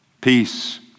Peace